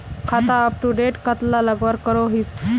खाता अपटूडेट कतला लगवार करोहीस?